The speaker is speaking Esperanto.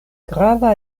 grava